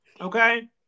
okay